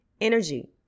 Energy